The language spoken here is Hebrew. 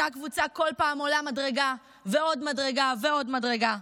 אותה קבוצה כל פעם עולה מדרגה ועוד מדרגה ועוד מדרגה.